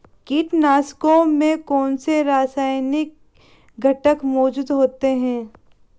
कीटनाशकों में कौनसे रासायनिक घटक मौजूद होते हैं?